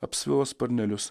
apsvilo sparnelius